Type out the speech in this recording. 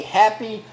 happy